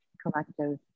collective